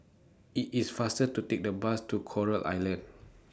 IT IS faster to Take The Bus to Coral Island